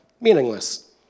meaningless